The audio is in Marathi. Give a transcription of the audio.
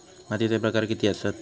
मातीचे प्रकार किती आसत?